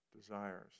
desires